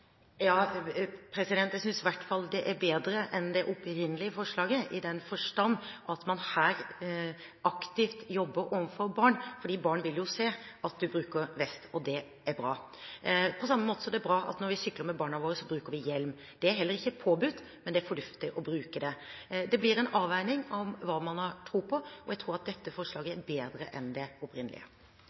Jeg synes i hvert fall det er bedre enn det opprinnelige forslaget, i den forstand at man her aktivt jobber overfor barn. Barn vil se at man bruker vest, og det er bra, på samme måte som det er bra at når vi sykler med barna våre, bruker vi hjelm. Det er heller ikke påbudt, men det er fornuftig å bruke det. Det blir en avveining av hva man har tro på, og jeg tror at dette forslaget er bedre enn det opprinnelige.